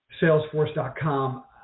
Salesforce.com